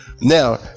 Now